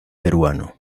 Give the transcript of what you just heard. peruano